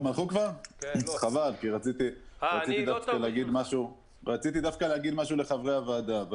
חבל כי רציתי דווקא להגיד משהו לחברי הוועדה.